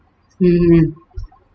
mmhmm